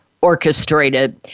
orchestrated